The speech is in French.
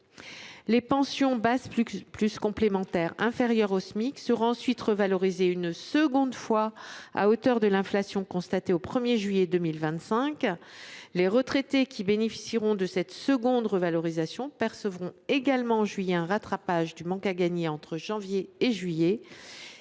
des pensions – de base et complémentaires – n’excède pas le niveau du Smic sera ensuite revalorisé une seconde fois à hauteur de l’inflation constatée le 1 juillet 2025. Les retraités qui bénéficieront de cette seconde revalorisation percevront également en juillet un rattrapage du manque à gagner entre janvier et juillet.